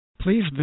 Please